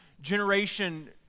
generation